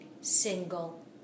single